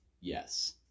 Yes